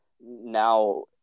now